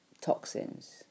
toxins